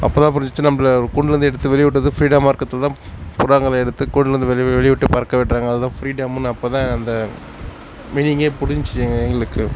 அப்போதான் புரிஞ்சிச்சு நம்மள கூண்டுலேருந்து எடுத்து வெளியே விட்டது ஃப்ரீடமாக இருக்கத்து தான் புறாங்களை எடுத்து கூண்டுலேருந்து வெளியே வெளியேவிட்டு பறக்க விடுறாங்க அதுதான் ஃப்ரீடம்னு அப்போதான் அந்த மீனிங்கே புரிஞ்சிச்சு எங்க எங்களுக்கு